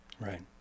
Right